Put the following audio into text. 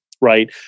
right